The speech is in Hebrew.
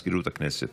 אפס נגד, אפס נמנעים.